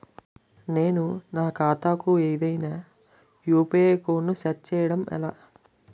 నేను నా ఖాతా కు ఏదైనా యు.పి.ఐ కోడ్ ను సెట్ చేయడం ఎలా?